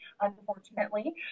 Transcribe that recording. unfortunately